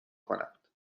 کند